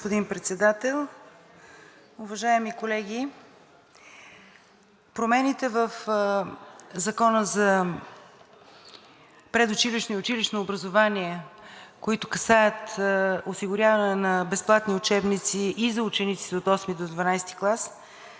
Уважаеми господин Председател, уважаеми колеги! Промените в Закона за предучилищното и училищното образование, които касаят осигуряване на безплатни учебници и за учениците от VIII до XII клас,